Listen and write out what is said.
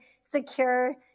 secure